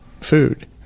food